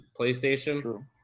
PlayStation